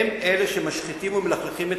הם אלה שמשחיתים ומלכלכים את